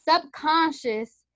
subconscious